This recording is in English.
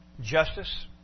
justice